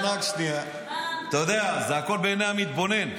אתה יודע, זה הכול בעיני המתבונן.